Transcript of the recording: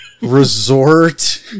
resort